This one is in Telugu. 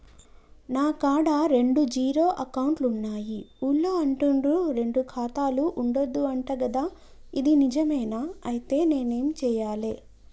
నా కాడా రెండు జీరో అకౌంట్లున్నాయి ఊళ్ళో అంటుర్రు రెండు ఖాతాలు ఉండద్దు అంట గదా ఇది నిజమేనా? ఐతే నేనేం చేయాలే?